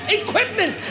equipment